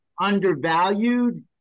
undervalued